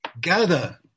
gather